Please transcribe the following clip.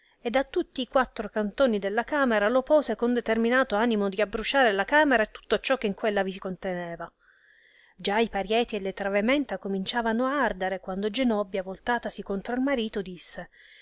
ed a tutti i quattro cantoni della camera lo pose con determinato animo di abbrusciare la camera e tutto ciò che in quella si conteneva già i parieti e le travamenta cominciavano ardere quando genobbia voltatasi contra il marito disse